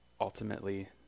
ultimately